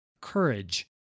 courage